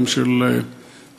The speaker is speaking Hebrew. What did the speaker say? וגם של השכונה,